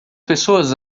pessoas